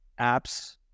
apps